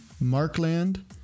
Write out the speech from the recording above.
Markland